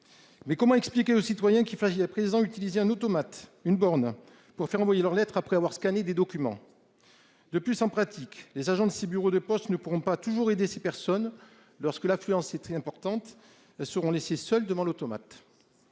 Mais comment expliquer aux citoyens qui fasse est président utiliser un automate une borne pour faire envoyer leurs lettres après avoir scanner des documents. De plus, en pratique, les agents de ces bureaux de poste ne pourront pas toujours aider ces personnes lorsque l'affluence est très importante, seront laissés seuls devant l'automate.